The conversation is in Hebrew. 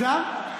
אפשר?